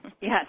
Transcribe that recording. yes